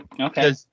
Okay